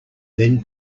then